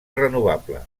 renovable